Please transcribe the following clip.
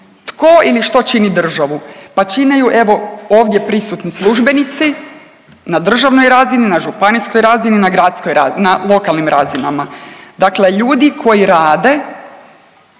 Tko ili što čini državu? Pa čine ju evo ovdje prisutni službenici na državnoj razini, na županijskoj razini, na lokalnim razinama. Dakle, ljudi koji rade,